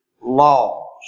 laws